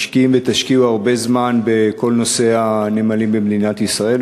משקיעים ותשקיעו הרבה זמן בכל נושא הנמלים במדינת ישראל,